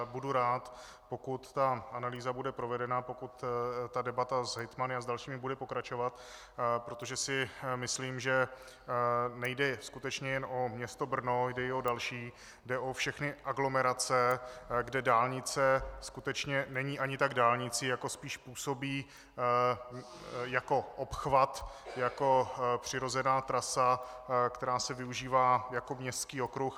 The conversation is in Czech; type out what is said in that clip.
Budu rád, pokud analýza bude provedena, pokud debata s hejtmany a s dalšími bude pokračovat, protože si myslím, že nejde skutečně jen o město Brno, jde i o další, jde o všechny aglomerace, kde dálnice skutečně není ani tak dálnicí, jako spíš působí jako obchvat, jako přirozená trasa, která se využívá jako městský okruh.